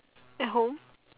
at home